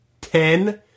ten